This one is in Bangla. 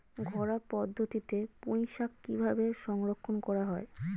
ঘরোয়া পদ্ধতিতে পুই শাক কিভাবে সংরক্ষণ করা হয়?